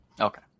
Okay